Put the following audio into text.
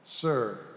sir